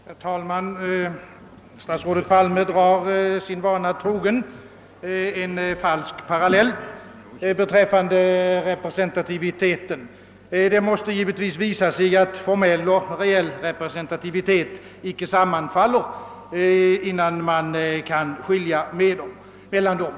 Herr talman! Statsrådet Palme drar sin vana trogen en falsk parallell beträffande representativiteten. Det måste givetvis visa sig, att formell och reell representativitet icke sammanfaller, innan man kan göra en åtskillnad mellan dem.